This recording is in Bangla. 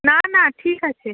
না না ঠিক আছে